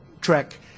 trek